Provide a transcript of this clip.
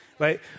Right